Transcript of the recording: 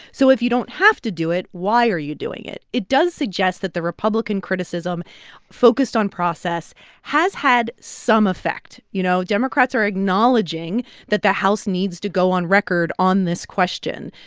so if you don't have to do it, why are you doing it? it does suggest that the republican criticism focused on process has had some effect. you know, democrats are acknowledging that the house needs to go on record on this question.